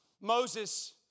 Moses